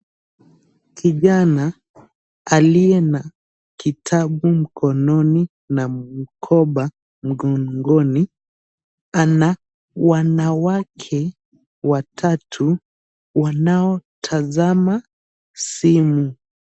Kijana aliye na kitabu mkononi na mkoba mgongoni ana wanawake watatu wanaotazama simu.